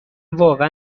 واقعا